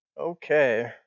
Okay